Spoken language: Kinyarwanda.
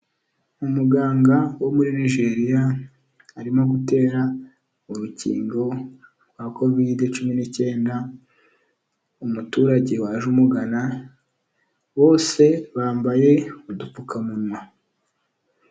Umuganga wo muri Nijeriya, arimo gutera urukingo rwa kovide cumi n'icyenda umuturage waje umugana, bose bambaye udupfukamunwa.